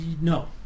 No